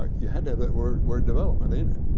ah you had to have that word word development in it.